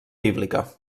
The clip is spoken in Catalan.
bíblica